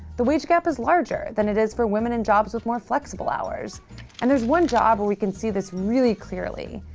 the wage gap is larger than it is for women in jobs with more flexible hours and there's one job where we can see this really clearly.